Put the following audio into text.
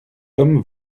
homme